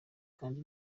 kandi